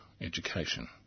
education